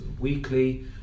weekly